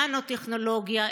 ננו-טכנולוגיה,